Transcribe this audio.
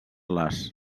les